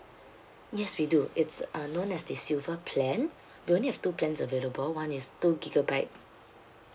yes we do it's uh known as the silver plan we only have two plans available one is two gigabyte